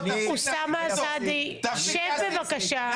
אוסאמה סעדי, שב בבקשה.